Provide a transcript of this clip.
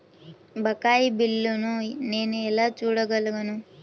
బకాయి బిల్లును నేను ఎలా చూడగలను?